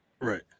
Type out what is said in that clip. right